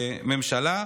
הממשלה.